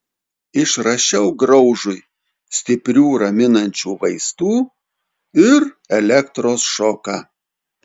išrašiau graužui stiprių raminančių vaistų ir elektros šoką